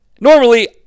normally